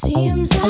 Seems